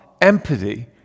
empathy